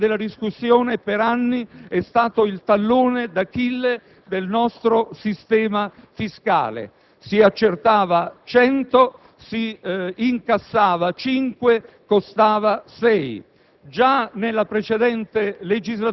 Tutti sappiamo che tale sistema è stato per anni il tallone d'Achille del nostro sistema fiscale: si accertava 100, si incassava 5, costava 6.